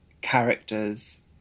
characters